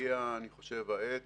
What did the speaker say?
הגיעה העת